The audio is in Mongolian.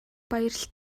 баярлаж